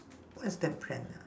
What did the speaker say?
what's that brand ah